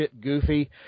goofy